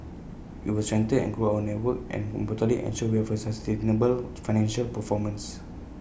we will strengthen and grow our network and importantly ensure we have A sustainable financial performance